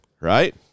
right